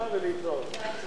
העבודה,